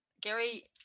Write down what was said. Gary